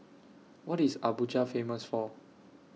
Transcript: What IS Abuja Famous For